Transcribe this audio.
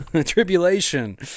tribulation